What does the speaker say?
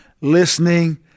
listening